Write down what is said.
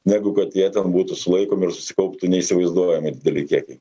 negu kad jie ten būtų sulaikomi ir susikauptų neįsivaizduojamai dideli kiekiai